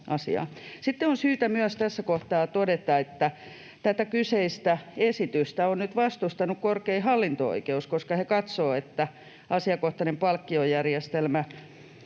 Sitten on syytä tässä kohtaa myös todeta, että tätä kyseistä esitystä on nyt vastustanut korkein hallinto-oikeus, koska he katsovat, että asiakohtaisesta palkkiojärjestelmästä